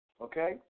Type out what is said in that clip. okay